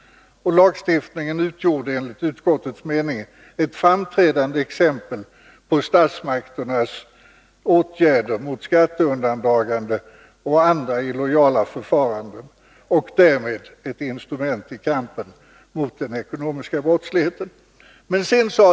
Lagstiftningen utgjorde enligt utskottets mening ”framträdande exempel på statsmakternas åtgärder mot skatteundandragande och andra illojala förfaranden och därmed ett instrument i kampen mot den ekonomiska brottsligheten”.